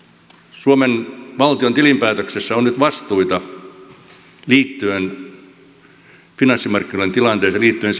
suomen valtion tilinpäätöksessä on nyt vastuita liittyen finanssimarkkinoiden tilanteeseen liittyen